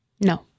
No